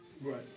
Right